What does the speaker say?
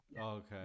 okay